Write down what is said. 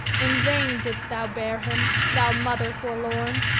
in vain didst thou bear him, thou mother forlorn!